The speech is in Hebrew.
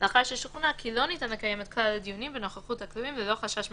(ב)החלטה שיושב ראש הוועדה לעיון בעונש מוסמך